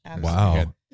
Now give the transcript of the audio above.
Wow